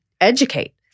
educate